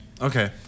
Okay